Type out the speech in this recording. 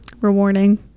rewarding